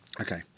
Okay